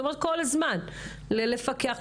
לפקח,